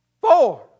Four